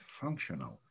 functional